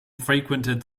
frequented